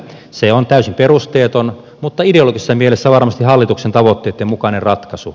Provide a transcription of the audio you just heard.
se on täysin perusteeton mutta ideologisessa mielessä varmasti hallituksen tavoitteitten mukainen ratkaisu